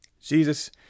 Jesus